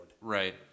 Right